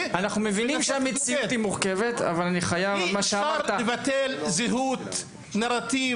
אי אפשר לבטל נרטיב,